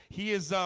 he is, ah,